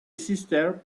sister